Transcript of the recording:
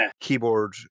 keyboard